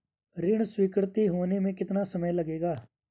ऋण स्वीकृति होने में कितना समय लगेगा?